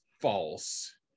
false